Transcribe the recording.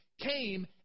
came